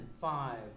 five